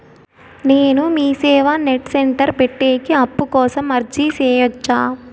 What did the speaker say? నేను Meeseva net centre పెట్టేకి అప్పు కోసం అర్జీ సేయొచ్చా?